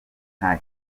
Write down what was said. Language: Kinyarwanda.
nta